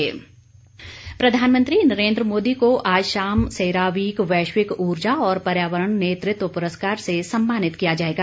प्रधानमंत्री प्रधानमंत्री नरेन्द्र मोदी को आज शाम सेरावीक वैश्विक ऊर्जा और पर्यावरण नेतृत्व पुरस्कार से सम्मानित किया जायेगा